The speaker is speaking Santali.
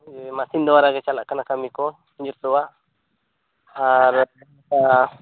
ᱢᱮᱹᱥᱤᱱ ᱫᱚᱣᱟᱨᱟ ᱜᱮ ᱪᱟᱞᱟᱜ ᱠᱟᱱᱟ ᱠᱟᱹᱢᱤ ᱠᱚ ᱡᱚᱛᱚᱣᱟᱜ ᱟᱨ ᱚᱱᱠᱟ